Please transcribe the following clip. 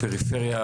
בפריפריה.